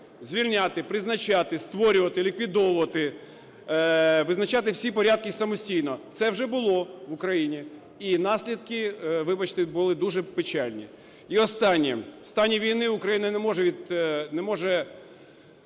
звільняти, призначати, створювати, ліквідовувати, визначати всі порядки самостійно, це вже було в Україні і наслідки, вибачте, були дуже печальні. І останнє, в стані війни Україна не може...